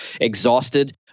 exhausted